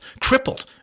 crippled